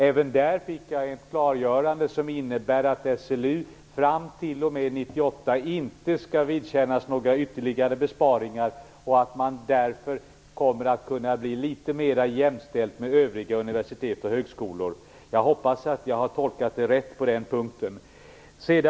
Även på den punkten fick jag ett klargörande som innebär att SLU fram t.o.m. 1998 inte skall få vidkännas några ytterligare besparingar, och att man därför kommer att kunna bli litet mera jämställd med övriga universitet och högskolor. Jag hoppas att jag har tolkat rätt på den punkten.